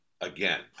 again